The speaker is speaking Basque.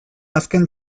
azken